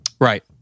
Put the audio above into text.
Right